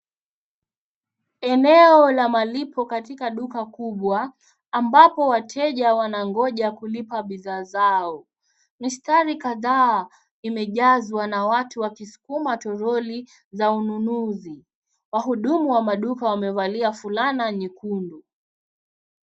Eneo la malipo katika duka kubwa, ambapo wateja wanangoja kulipa bidhaa zao, mistari kadhaa imejazwa na watu wakisukuma toroli za ununuzi. Wahudumu wa maduka wamevalia fulana nyekundu.